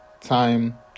time